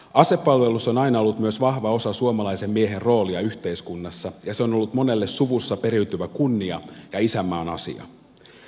asepalvelus on aina ollut myös vahva osa suomalaisen miehen roolia yhteiskunnassa ja se on ollut monelle suvussa periytyvä kunnia ja isänmaan asia